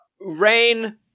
Rain